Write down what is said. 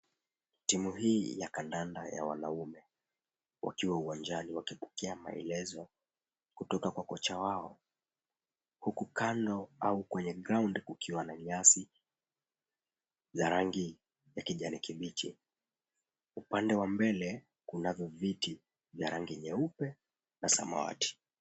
Timu hii ya kandanda ya wanaume wakiwa uwanjani wakipokea maelezo kutoka kwa kocha wao. Huku kando au kwenye ground kukiwa na nyasi za rangi ya kijani kibichi. Upande wa mbele kunavyo viti vya rangi nyeupe na samawati.